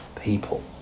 people